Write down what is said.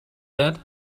that